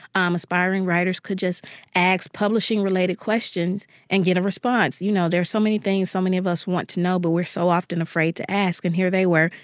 um aspiring writers could just ask publishing-related questions and get a response. you know, there are so many things so many of us want to know, but we're so often afraid to ask. and here they were,